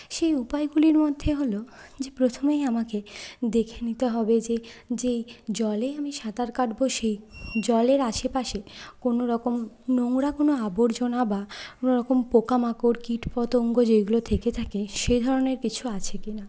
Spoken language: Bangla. সেই উপায়গুলির মধ্যে হলো যে প্রথমেই আমাকে দেখে নিতে হবে যে যেই জলে আমি সাঁতার কাটবো সেই জলের আশেপাশে কোনোরকম নোংরা কোনো আবর্জনা বা কোনোরকম পোকামাকড় কীটপতঙ্গ যেইগুলো থেকে থাকে সেই ধরনের কিছু আছে কিনা